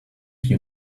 you